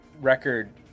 record